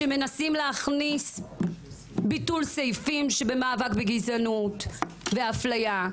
שמנסים להכניס ביטול סעיפים של מאבק בגזענות ובאפליה,